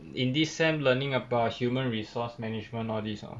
in this semester learning about human resource management all these lor